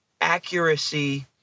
accuracy